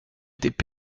étaient